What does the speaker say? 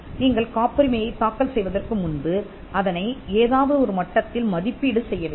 நீங்கள் காப்புரிமையைத் தாக்கல் செய்வதற்கு முன்பு அதனை ஏதாவது ஒரு மட்டத்தில் மதிப்பீடு செய்ய வேண்டும்